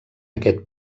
aquest